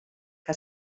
que